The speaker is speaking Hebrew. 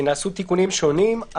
ונעשו תיקונים שונים.